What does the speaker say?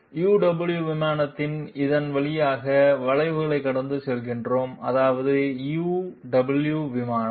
uw விமானத்தில் இதன் வழியாக வளைவைக் கடந்து செல்கிறோம் அதாவது uw விமானம்